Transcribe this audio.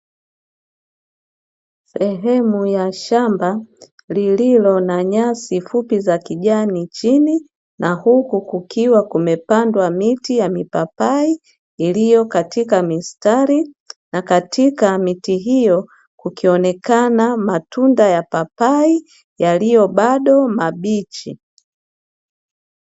Sehemu ya shamba lililo na nyasi fupi za kijani chini na huku kukiwa kumepandwa miti ya mipapai iliyo katika mistari na katika miti hiyo kukionekana matunda ya papai yaliyo bado mabichi.